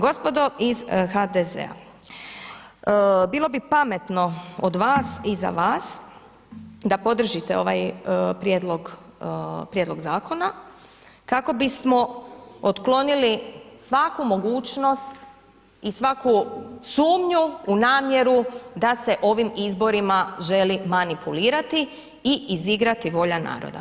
Gospodo iz HDZ-a, bilo bi pametno od vas i za vas da podržite ovaj prijedlog zakona kako bismo otklonili svaku mogućnost i svaku sumnju u namjeru da se ovim izborima želi manipulirati i izigrati volja naroda.